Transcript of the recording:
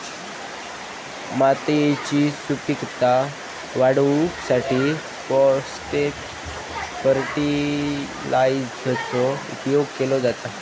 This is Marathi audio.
मातयेची सुपीकता वाढवूसाठी फाॅस्फेट फर्टीलायझरचो उपयोग केलो जाता